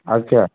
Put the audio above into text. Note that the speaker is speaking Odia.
ଅଚ୍ଛା